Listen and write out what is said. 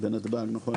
בנתב"ג, נכון.